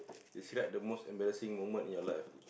describe the most embarrassing moment in your life